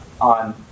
on